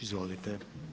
Izvolite.